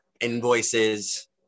Invoices